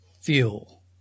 fuel